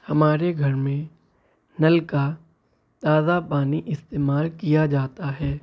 ہمارے گھر میں نل کا تازہ پانی استعمال کیا جاتا ہے